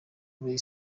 ray